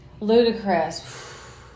ludicrous